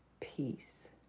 Peace